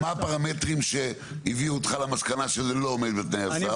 מה הפרמטרים שהביאו אותך למסקנה שזה לא עומד בתנאי הסף?